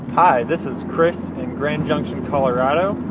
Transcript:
hi, this is chris in grand junction, colo, but